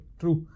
true